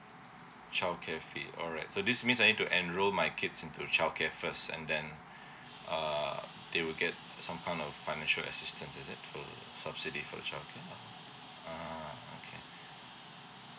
childcare fee all right so this means I need to enrol my kids into the childcare first and then uh they will get some kind of financial assistance is it full subsidy for the childcare or (uh huh) ha okay